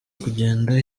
kugenda